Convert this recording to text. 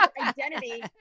identity